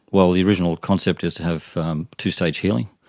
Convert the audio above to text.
well, the original concept is to have two-stage healing,